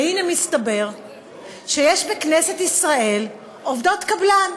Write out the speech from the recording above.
והנה, מסתבר שיש בכנסת ישראל עובדות קבלן,